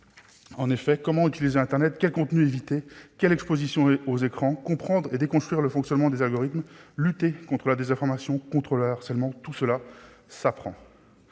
En effet, comment utiliser internet, quel contenu éviter, quelle exposition aux écrans autoriser ? Comprendre et déconstruire le fonctionnement des algorithmes, lutter contre la désinformation et le harcèlement, tout cela s'apprend.